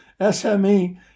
SME